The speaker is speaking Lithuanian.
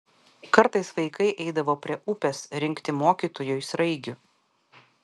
kartais vaikai eidavo prie upės rinkti mokytojui sraigių